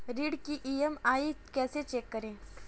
ऋण की ई.एम.आई कैसे चेक करें?